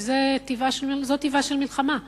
כי זו טבעה של מלחמה.